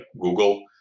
Google